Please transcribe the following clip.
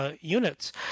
units